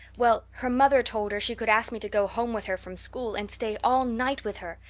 well, her mother told her she could ask me to go home with her from school and stay all night with her.